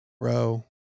row